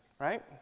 right